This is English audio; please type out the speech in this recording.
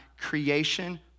creation